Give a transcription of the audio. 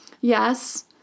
Yes